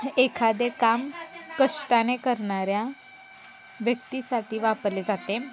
एखादे काम कष्टाने करणाऱ्या व्यक्तीसाठी वापरले जाते